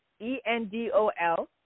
endol